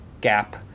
gap